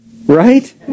right